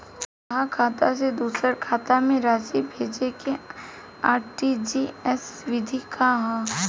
एकह खाता से दूसर खाता में राशि भेजेके आर.टी.जी.एस विधि का ह?